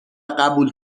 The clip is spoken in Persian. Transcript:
قبول